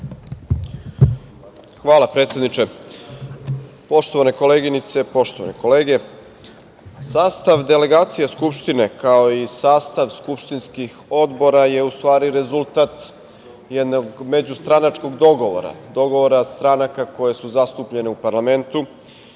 Hvala, predsedniče. Poštovane koleginice, poštovane kolege, sastav delegacije Skupštine, kao i sastav skupštinskih odbora je u stvari rezultat jednog međustranačkog dogovora, dogovora stranaka koje su zastupljene u parlamentu